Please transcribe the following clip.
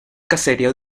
caserío